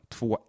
Två